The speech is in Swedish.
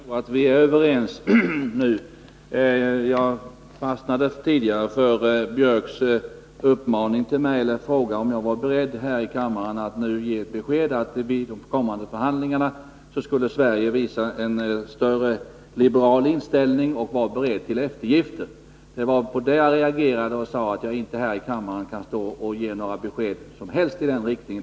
Herr talman! Jag tror att vi är överens nu. Jag fastnade tidigare för herr Björcks fråga om jag var beredd här i kammaren att nu ge besked om att vid de kommande förhandlingarna Sverige skulle visa en liberal inställning och vara berett till eftergifter. Det var på det jag reagerade, och jag sade att jag inte här i kammaren kan stå och ge några som helst besked i den riktningen.